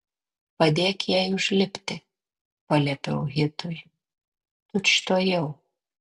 padėk jai užlipti paliepiau hitui tučtuojau